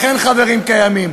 לכן, חברים יקרים,